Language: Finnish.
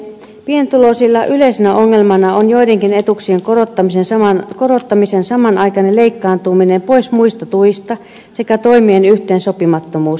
pienituloisilla yleisenä ongelmana on joidenkin etuuksien korottamisen samanaikainen leikkaantuminen pois muista tuista sekä toimien yhteensopimattomuus